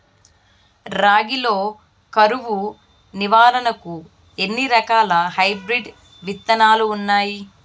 రాగి లో కరువు నివారణకు ఎన్ని రకాల హైబ్రిడ్ విత్తనాలు ఉన్నాయి